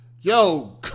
Yo